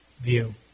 view